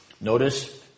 Notice